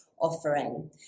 offering